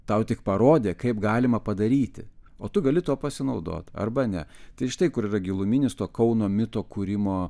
tau tik parodė kaip galima padaryti o tu gali tuo pasinaudot arba ne tai štai kur yra giluminis to kauno mito kūrimo